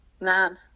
man